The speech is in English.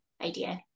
idea